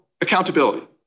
accountability